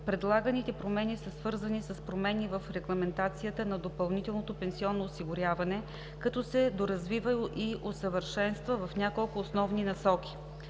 предлаганите промени са свързани с промени в регламентацията на допълнителното пенсионно осигуряване, като се доразвива и усъвършенства в няколко основни насоки: